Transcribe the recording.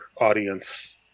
audience